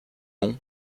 long